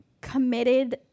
committed